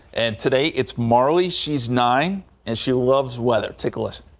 and today, it's marley she's nine and she loves weather take a listen.